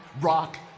Rock